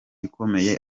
ikomeye